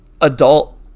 adult